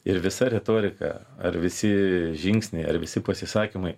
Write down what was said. ir visa retorika ar visi žingsniai ar visi pasisakymai